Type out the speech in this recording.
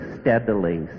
steadily